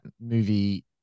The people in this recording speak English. movie